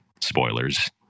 spoilers